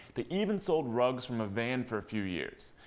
they even sold rugs from a van for a few years.